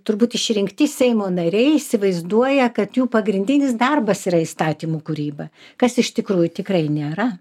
turbūt išrinkti seimo nariai įsivaizduoja kad jų pagrindinis darbas yra įstatymų kūryba kas iš tikrųjų tikrai nėra